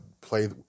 play